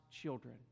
children